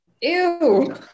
ew